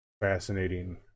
fascinating